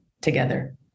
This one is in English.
together